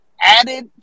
added